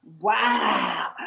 Wow